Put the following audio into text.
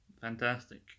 fantastic